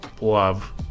love